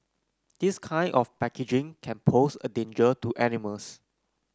this kind of packaging can pose a danger to animals